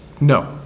No